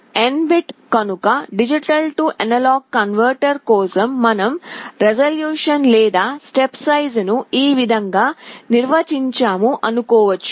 N bit కనుక D A converter కోసం మనం రిజల్యూషన్ లేదా స్టెప్ సైజును ఈ విధంగా నిర్వచించాము అనుకోవచ్చు